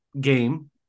game